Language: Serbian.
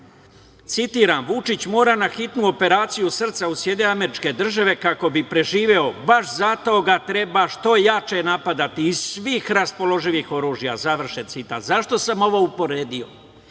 rekao: "Vučić mora na hitnu operaciju srca u SAD kako bi preživeo. Baš zato ga treba što jače napadati, iz svih raspoloživih oružja". Zašto sam ovo uporedio?